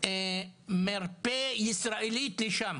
מרפא ישראלית לשם